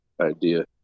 idea